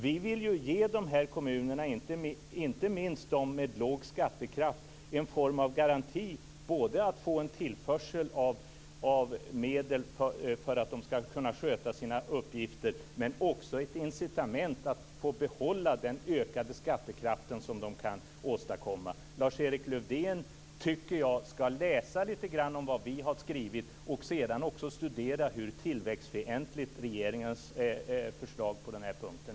Vi vill ge dessa kommuner, och inte minst dem med låg skattekraft, en form av garanti att få en tillförsel av medel för att de skall kunna sköta sina uppgifter men också ett incitament att få behålla den ökade skattekraft som de kan åstadkomma. Jag tycker att Lars-Erik Lövdén skall läsa lite grann om vad vi har skrivit och sedan också studera hur tillväxtfientligt regeringens förslag är på den här punkten.